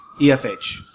EFH